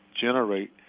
generate